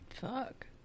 Fuck